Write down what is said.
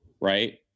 right